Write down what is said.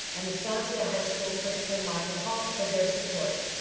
and astancia high school principal michael halt for their support.